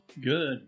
good